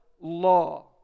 law